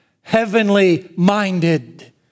heavenly-minded